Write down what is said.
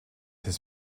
his